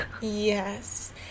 Yes